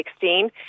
2016